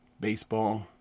baseball